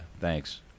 thanks